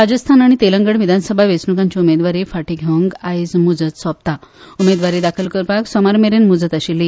राजस्थान आनी तेलंगण विधानसभा वेंचणुकांची उमेदवारी फाटीं घेवंक आयज मुजत सोंपतां उमेदवारी दाखल करपाक सोमार मेरेन मुजत आशिल्ली